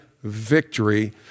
victory